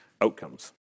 outcomes